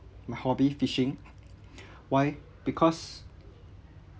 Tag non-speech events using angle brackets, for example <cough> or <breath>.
my hobby fishing <breath> why because